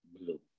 blue